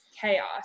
chaos